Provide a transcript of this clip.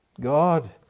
God